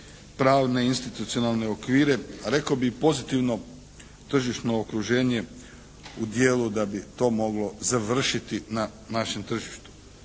pravne i institucionalne okvire, rekao bih pozitivno tržišno okruženje u dijelu da bi to moglo završiti na našem tržištu.